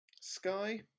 Sky